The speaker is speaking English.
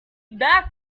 back